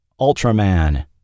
Ultraman